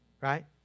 Right